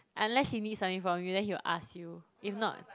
unless he needs something from you then he will ask you if not